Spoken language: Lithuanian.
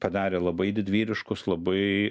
padarė labai didvyriškus labai